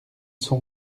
sont